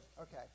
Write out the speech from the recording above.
Okay